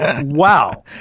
Wow